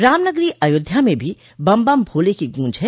राम नगरी अयोध्या में भी बम बम भोले की गूंज है